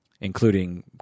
including